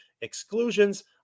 Exclusions